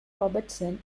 robertson